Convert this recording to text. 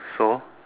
so